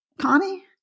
Connie